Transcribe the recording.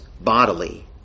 bodily